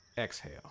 exhale